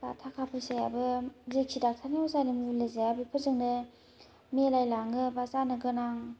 बा थाखा फैसायाबो जेखि डाक्टारनि अजानि मुलि जाया बेफोरजोंनो मिलायलाङो बा जानो गोनां